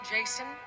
Jason